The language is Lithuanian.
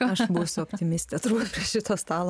aš būsiu optimistė atrodo prie šito stalo